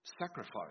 sacrifice